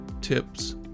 tips